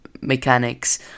mechanics